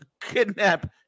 kidnap